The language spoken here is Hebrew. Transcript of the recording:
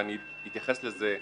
ואני אתייחס לזה,